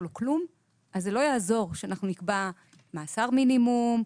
לו כלום אז לא יעזור שנקבע מאסר מינימום,